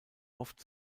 oft